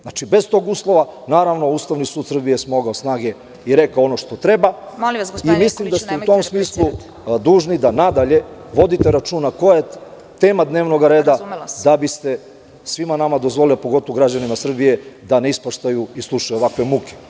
Znači, bez tog uslova, naravno Ustavni sud Srbije je smogao snage i rekao ono što treba i mislim da ste u tom smislu dužni da nadalje vodite računa koja je tema dnevnog reda da biste svima nama dozvolili, a pogotovo građanima Srbije da ne ispaštaju i slušaju ovakve muke.